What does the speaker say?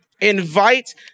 Invite